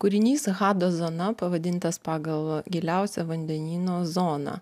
kūrinys hado zona pavadintas pagal giliausią vandenyno zoną